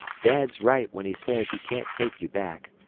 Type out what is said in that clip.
dad's right when he says he can't take you back.